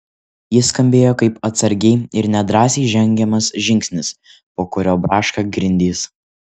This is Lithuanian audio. jis skambėjo kaip atsargiai ir nedrąsiai žengiamas žingsnis po kuriuo braška grindys